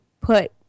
put